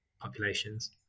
populations